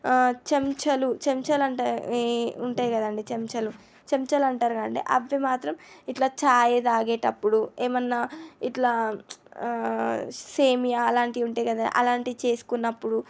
చంచలు చంచాలంటే ఉంటాయి కదండీ చెంచలు చెంచాలు అంటారు కదండీ అవి మాత్రం ఇట్లా చాయ్ తాగేటప్పుడు ఏమన్నా ఇట్లా సేమియా అట్లాంటివి ఉంటాయి కదా అలాంటివి చేస్కున్నప్పుడు